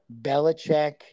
Belichick